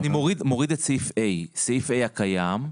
אני מוריד את סעיף (ה) הקיים,